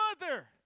mother